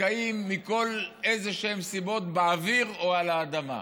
נתקעים מכל מיני סיבות באוויר או על האדמה.